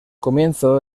comienzo